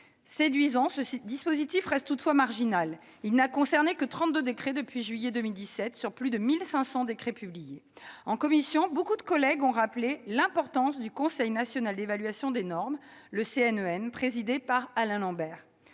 Séduisant, ce dispositif reste toutefois marginal : il n'a concerné que 32 décrets depuis juillet 2017, sur plus de 1 500 décrets publiés ... Au sein de la commission, nombre de collègues ont rappelé l'importance du Conseil national d'évaluation des normes, le CNEN, présidé par Alain Lambert.